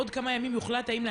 זה דבר ראשון.